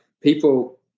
people